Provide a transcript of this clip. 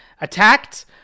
attacked